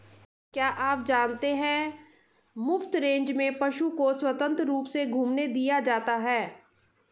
क्या आप जानते है मुफ्त रेंज में पशु को स्वतंत्र रूप से घूमने दिया जाता है?